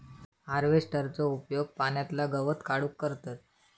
हार्वेस्टरचो उपयोग पाण्यातला गवत काढूक करतत